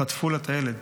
חטפו לה את הילד.